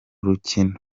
rukino